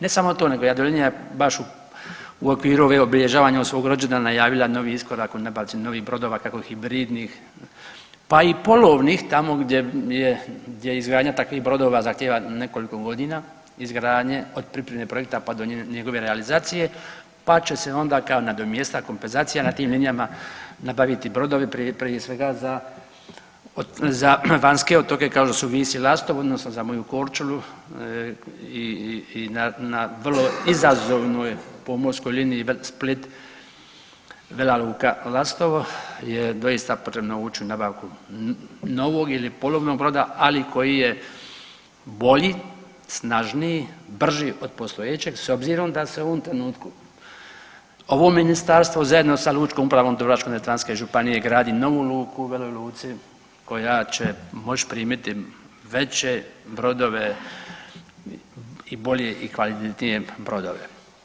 Ne samo to, nego Jadrolinija je baš u okviru ovog obilježavanja svog rođendana najavila novi iskorak u nabavci novih brodova kako hibridnih, pa i polovnih tamo gdje izgradnja takvih brodova zahtijeva nekoliko godina izgradnje od pripreme projekta, pa do njegove realizacije, pa će se onda kao nadomjestak, kompenzacija na tim linijama nabaviti brodovi prije svega za vanjske otoke kao što su Vis i Lastovo, odnosno za moju Korčulu i na vrlo izazovnoj pomorskoj liniji Split – Vela Luka – Lastovo je doista potrebno ući u nabavku novog ili polovnog broda, ali koji je bolji, snažniji, brži od postojećeg s obzirom da se u ovom trenutku ovo ministarstvo zajedno sa Lučkom upravom Dubrovačko-neretvanske županije gradi novu luku u Veloj Luci koja će moći primiti veće brodove i bolje i kvalitetnije brodove.